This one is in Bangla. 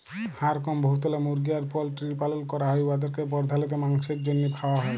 হাঁ রকম বহুতলা মুরগি আর পল্টিরির পালল ক্যরা হ্যয় উয়াদেরকে পর্ধালত মাংছের জ্যনহে খাউয়া হ্যয়